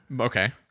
okay